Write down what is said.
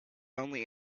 only